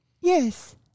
Yes